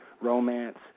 romance